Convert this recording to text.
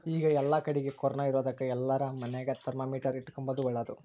ಈಗ ಏಲ್ಲಕಡಿಗೆ ಕೊರೊನ ಇರೊದಕ ಎಲ್ಲಾರ ಮನೆಗ ಥರ್ಮಾಮೀಟರ್ ಇಟ್ಟುಕೊಂಬದು ಓಳ್ಳದು